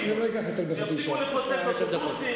שיפסיקו לפוצץ אוטובוסים.